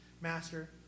Master